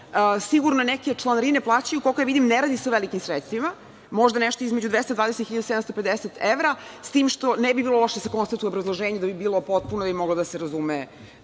Sigurno neke članarine plaćaju. Koliko vidim, ne radi se o velikim sredstvima, možda nešto između 220 i 750 evra, s tim što ne bi bilo loše da se konstatuje u obrazloženju da bi potpuno moglo da se razume